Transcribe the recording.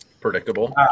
Predictable